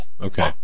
Okay